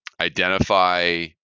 identify